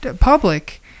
public